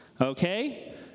Okay